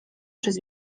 przez